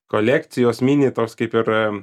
kolekcijos mini toks kaip ir